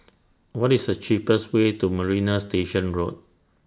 What IS The cheapest Way to Marina Station Road